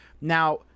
now